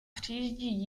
přijíždí